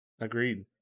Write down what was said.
Agreed